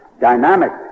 dynamic